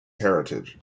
heritage